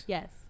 Yes